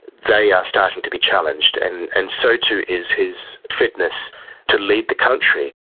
they are starting to be challenged, and and so too is his fitness to lead the country.